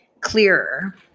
clearer